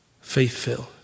faith-filled